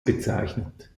bezeichnet